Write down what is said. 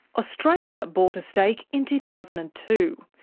australia bought a stake in two thousand and two.